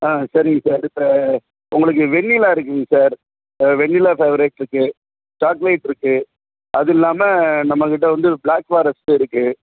ஆ சரிங்க சார் இப்போ உங்களுக்கு வெண்ணிலா இருக்குதுங்க சார் வெண்ணிலா ஃப்ளேவர் இருக்குது சாக்லேட் இருக்குது அது இல்லாமல் நம்மக்கிட்டே வந்து ப்ளாக் ஃபாரெஸ்ட் இருக்குது